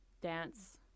dance